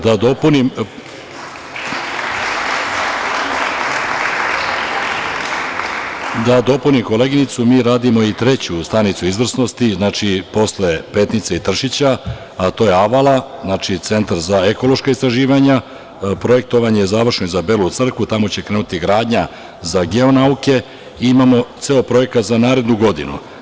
Da dopunim koleginicu, mi radimo i treću stanicu izvrsnosti, znači posle Petnice i Tršića, a to je Avala, znači, Centar za ekološka istraživanja, projektovanje je završeno za Belu Crkvu, tamo će krenuti gradnja za geonauke i imamo ceo projekat za narednu godinu.